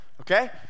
Okay